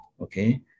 okay